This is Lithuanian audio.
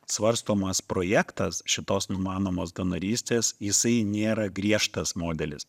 svarstomas projektas šitos numanomos donorystės jisai nėra griežtas modelis